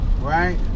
right